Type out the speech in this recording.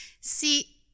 See